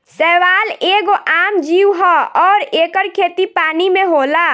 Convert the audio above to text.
शैवाल एगो आम जीव ह अउर एकर खेती पानी में होला